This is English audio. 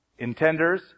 Intenders